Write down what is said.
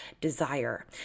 desire